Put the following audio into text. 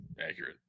accurate